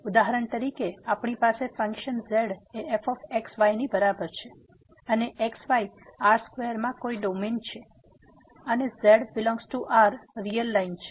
તેથી ઉદાહરણ તરીકે આપણી પાસે ફંક્શન z એ f x y ની બરાબર છે અને x y આર સ્ક્વેરમાં કોઈ ડોમેન નું છે અને z∈R રીયલ લાઈન છે